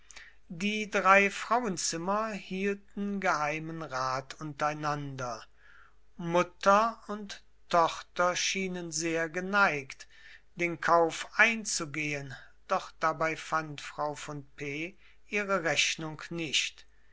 die drei frauenzimmer hielten geheimen rat untereinander mutter und tochter schienen sehr geneigt den kauf einzugehen doch dabei fand frau von p ihre rechnung nicht